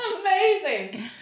amazing